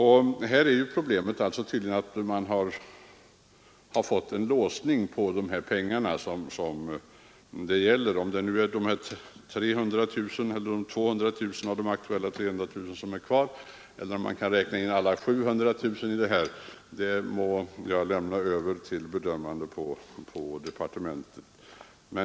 Här är tydligen problemet att vi har fått en låsning av de pengar som det gäller. Frågan huruvida det nu rör sig om 200 000 av de 300 000 kronorna, eller om man skall räkna in hela beloppet 700 000 kronor, överlämnar jag till vederbörande i departementet.